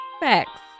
facts